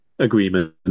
agreement